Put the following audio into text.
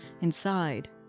inside